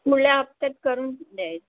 पुढल्या हप्त्यात करून द्यायचं